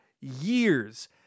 years